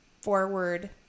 forward